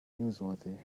newsworthy